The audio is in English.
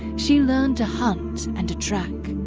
she learned to hunt and to track,